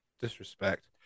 Disrespect